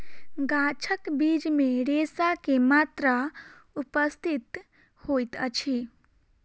गाछक बीज मे रेशा के मात्रा उपस्थित होइत अछि